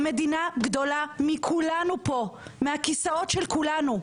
המדינה גדולה מכולנו פה, מהכיסאות של כולנו.